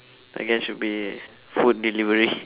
I guess should be food delivery